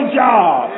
job